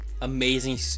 amazing